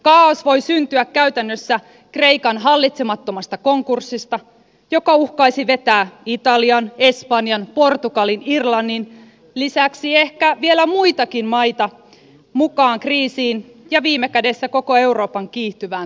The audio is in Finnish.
kaaos voi syntyä käytännössä kreikan hallitsemattomasta konkurssista joka uhkaisi vetää italian espanjan portugalin irlannin lisäksi ehkä vielä muitakin maita mukaan kriisiin ja viime kädessä koko euroopan kiihtyvään talouskurimukseen